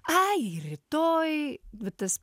ai rytoj va tas